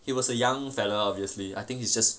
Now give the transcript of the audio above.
he was a young fella obviously I think he's just